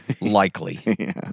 likely